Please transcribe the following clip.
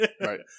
Right